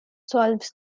solves